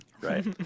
right